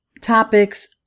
topics